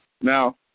Now